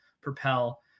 propel